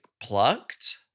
plucked